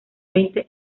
veinte